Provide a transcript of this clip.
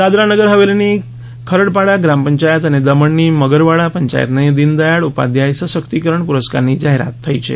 દાદરા નગર હવેલીની ખરડપાડા ગ્રામ પંચાયત અને દમણની મગરવાડા પંચાયતને દિન દયાળ ઉપાધ્યાય સશક્તિકરણ પુરસ્કારની જાહેરાત થઈ છે